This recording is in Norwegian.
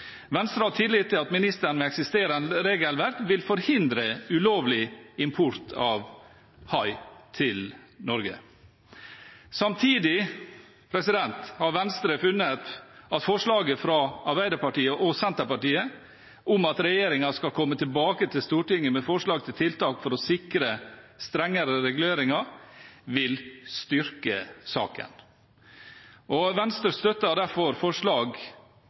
Venstre har tillit til at ministeren med eksisterende regelverk vil forhindre ulovlig import av hai til Norge. Samtidig har Venstre funnet at forslaget fra Arbeiderpartiet og Senterpartiet, om at regjeringen skal komme tilbake til Stortinget med forslag til tiltak for å sikre strengere reguleringer, vil styrke saken. Venstre støtter derfor forslag